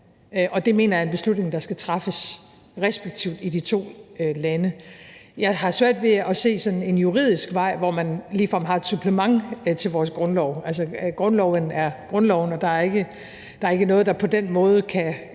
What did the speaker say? og det mener jeg er en beslutning, der skal træffes respektivt i de to lande. Jeg har svært ved at se sådan en juridisk vej, hvor man ligefrem har et supplement til vores grundlov. Altså, grundloven er grundloven, og der er ikke noget, der på den måde kan